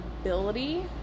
ability